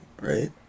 right